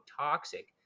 toxic